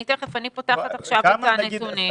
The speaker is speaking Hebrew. אני פותחת עכשיו את הנתונים.